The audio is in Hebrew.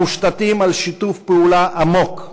המושתתים על שיתוף פעולה עמוק.